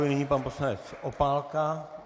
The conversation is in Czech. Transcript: Nyní pan poslanec Opálka.